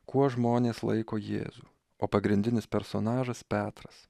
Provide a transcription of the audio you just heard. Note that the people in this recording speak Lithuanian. kuo žmonės laiko jėzų o pagrindinis personažas petras